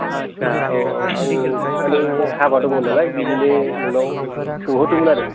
आटसा औ औ आं मानि हाबा दंमोन नालाय बिनिनो नोंनाव सोंहरदोंमोन आरो